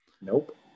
Nope